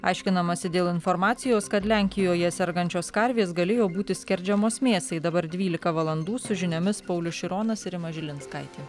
aiškinamasi dėl informacijos kad lenkijoje sergančios karvės galėjo būti skerdžiamos mėsai dabar dvylika valandų su žiniomis paulius šironas ir rima žilinskaitė